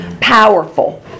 powerful